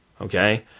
Okay